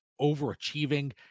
overachieving